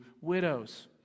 widows